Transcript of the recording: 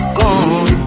gone